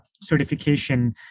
certification